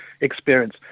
experience